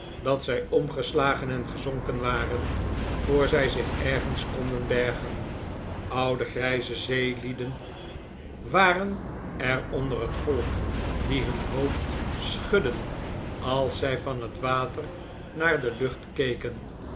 dat zij omgeslagen en gezonken waren voor zij zich ergens konden bergen oude grijze zeelieden waren er onder het volk die hun hoofd schudden als zij van het water naar de lucht keken